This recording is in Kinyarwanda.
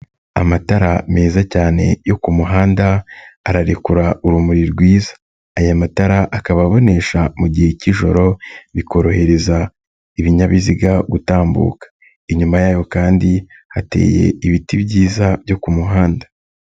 Amatara meza cyane yo ku muhanda, ararekura urumuri rwiza, aya matara akaba abonesha mu gihe k'ijoro, bikorohereza ibinyabiziga gutambuka, inyuma yayo kandi hateye ibiti byiza byo ku muhanda.